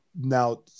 Now